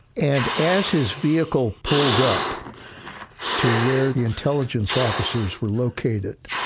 and as his vehicle pulled up to where the intelligence officers were located,